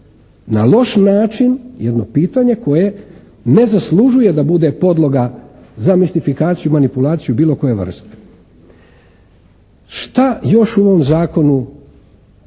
na loš način jedno pitanje ne zaslužuje da bude podloga za mistifikaciju, manipulaciju bilo koje vrste. Šta još u ovom zakonu